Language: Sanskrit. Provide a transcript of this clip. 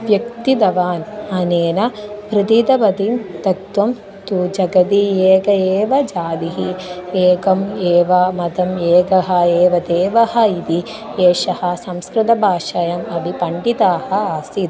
व्यक्तितवान् अनेन प्रतीतवतिं तत्वं तु जगति एकः एव जातिः एकम् एव मतम् एकः एव देवः इति एषः संस्कृतभाषायाम् अपि पण्डिताः आसीत्